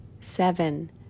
seven